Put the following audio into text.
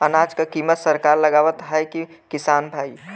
अनाज क कीमत सरकार लगावत हैं कि किसान भाई?